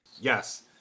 Yes